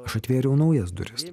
aš atvėriau naujas duris